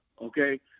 Okay